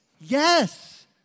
Yes